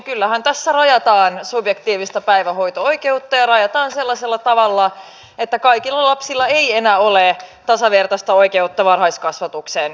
kyllähän tässä rajataan subjektiivista päivähoito oikeutta ja rajataan sellaisella tavalla että kaikilla lapsilla ei enää ole tasavertaista oikeutta varhaiskasvatukseen